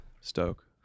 Stoke